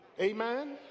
Amen